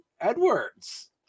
Edwards